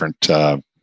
different